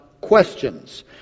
questions